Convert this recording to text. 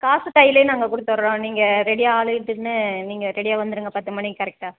காசு கையிலே நாங்கள் கொடுத்தட்றோம் நீங்கள் ரெடியாக ஆளை இழுத்துக்குன்னு நீங்கள் ரெடியாக வந்துடுங்க பத்து மணிக்கு கரெக்டா